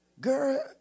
Girl